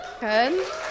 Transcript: Good